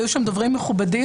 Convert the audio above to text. והיו שם דוברים מכובדים,